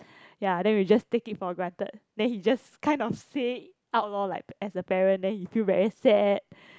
ya then we just take it for granted then he just kind of say out lor like as a parent then he feel very sad